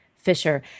fisher